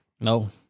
No